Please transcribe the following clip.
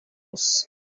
boss